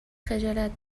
خجالت